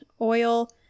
oil